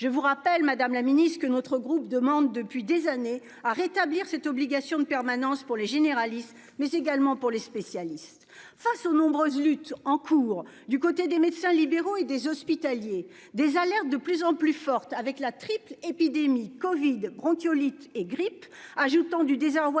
Je vous rappelle Madame la Ministre que notre groupe demande depuis des années à rétablir cette obligation de permanence pour les généralistes, mais également pour les spécialistes. Face aux nombreuses luttes en cours du côté des médecins libéraux et des hospitaliers des alertes de plus en plus forte avec la triple épidémie Covid bronchiolite et grippe ajoutant du désarroi